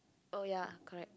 oh ya correct